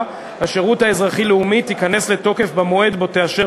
השירות האזרחי-לאומי תיכנס לתוקף במועד שבו תאשר